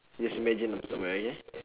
just imagine I'm somewhere okay